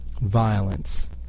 Violence